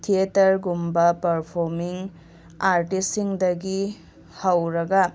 ꯊꯤꯌꯦꯇꯔꯒꯨꯝꯕ performing ꯑꯥꯔꯇꯤꯁꯁꯤꯡꯗꯒꯤ ꯍꯧꯔꯒ